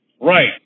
Right